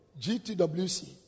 GTWC